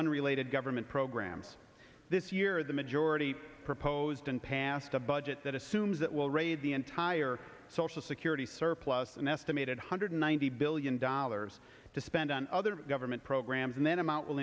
unrelated government programs this year the majority proposed and passed a budget that assumes that will raid the entire social security surplus to an estimated one hundred ninety billion dollars to spend on other government programs and then amount will